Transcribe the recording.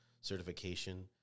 certification